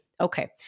Okay